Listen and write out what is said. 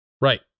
Right